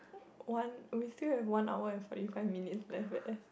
one we still have one hour forty five minutes left leh